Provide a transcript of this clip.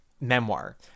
memoir